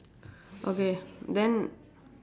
okay then